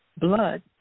blood